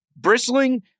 bristling